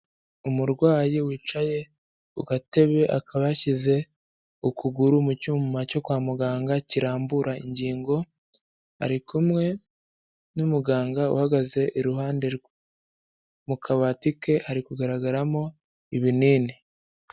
Umurwayi wicaye ku gatebe akaba yashyize ukuguru mu cyuma cyo kwa muganga kirambura ingingo, ari kumwe n'umuganga uhagaze iruhande rwe, mu kabati ke hari kugaragaramo ibinini.